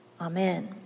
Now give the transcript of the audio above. Amen